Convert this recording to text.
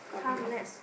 unbelievable